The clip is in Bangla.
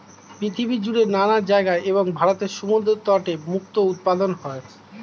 পৃথিবী জুড়ে নানা জায়গায় এবং ভারতের সমুদ্র তটে মুক্তো উৎপাদন হয়